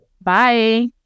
Bye